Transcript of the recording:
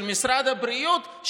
של משרד הבריאות,